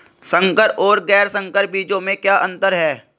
संकर और गैर संकर बीजों में क्या अंतर है?